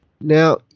Now